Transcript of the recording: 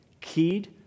keyed